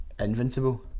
Invincible